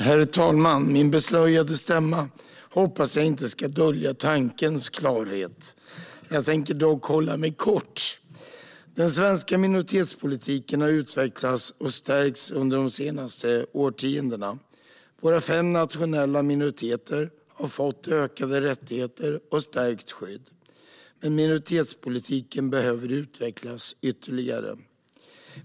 Herr talman! Jag hoppas att min beslöjade stämma inte ska dölja tankens klarhet. Jag tänker dock hålla mig kort. Den svenska minoritetspolitiken har utvecklats och stärkts under de senaste årtiondena. Våra fem nationella minoriteter har fått ökade rättigheter och stärkt skydd. Men minoritetspolitiken behöver utvecklas ytterligare.